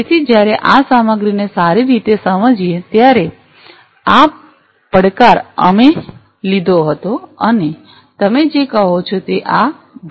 તેથી જ્યારે આ સામગ્રીને સારી રીતે સમજીએ છીએ ત્યારે આ પડકાર અમે લીધો હતો અને તમે જે કહો છો તે આ ભાગ છે